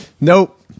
Nope